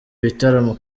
bitaramo